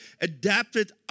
adapted